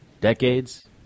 Decades